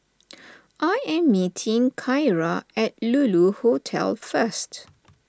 I am meeting Kyra at Lulu Hotel first